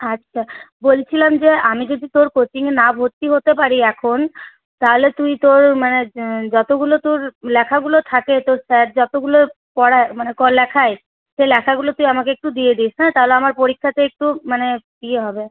আচ্ছা বলছিলাম যে আমি যদি তোর কোচিংয়ে না ভর্তি হতে পারি এখন তাহলে তুই তোর মানে যতগুলো তোর লেখাগুলো থাকে তোর স্যার যতগুলো পড়ায় মানে লেখায় সেই লেখাগুলো তুই আমাকে একটু দিয়ে দিস হ্যাঁ তাহলে আমার পরীক্ষাতে একটু মানে ইয়ে হবে